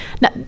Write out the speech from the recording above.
Now